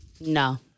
No